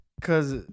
cause